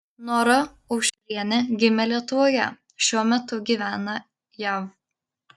nora aušrienė gimė lietuvoje šiuo metu gyvena jav